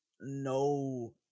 no